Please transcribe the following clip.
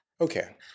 Okay